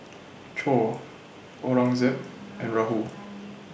Choor Aurangzeb and Rahul